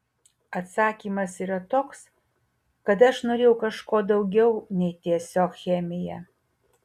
atsakymas yra toks kad aš norėjau kažko daugiau nei tiesiog chemija